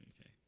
okay